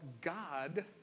god